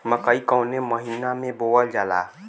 मकई कवने महीना में बोवल जाला?